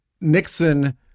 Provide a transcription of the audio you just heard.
Nixon